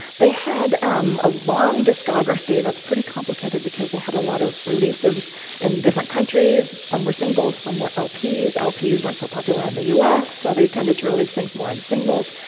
they had a long discography that's pretty complicated because they had a lot of releases in different countries. some were singles. some were lps. lps weren't so popular in the us, so they tended to release things more in singles.